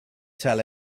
tell